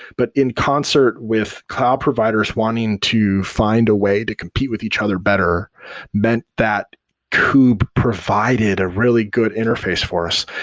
but in concert with cloud providers wanting to find a way to compete with each other better meant that kube provided a really good interface for us.